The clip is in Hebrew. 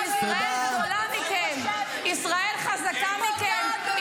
כי ישראל גדולה מכם ------- ישראל חזקה מכם,